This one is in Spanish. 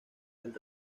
del